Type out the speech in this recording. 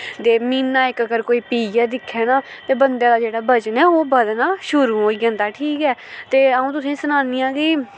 ते म्हीना इक अगर कोई पियै दिक्खै ना ते बंदे दा जेह्ड़ा वजन ऐ ओह् बधना शुरू होई जंदा ऐ ठीक ऐ ते अ'ऊं तुसेंगी सनानियां कि